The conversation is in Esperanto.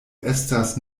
estas